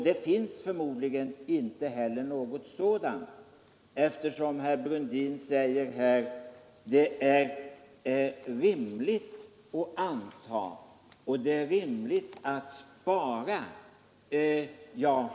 Det finns förmodligen inte heller något sådant material, eftersom herr Brundin säger att det är rimligt att anta att det är bra att spara.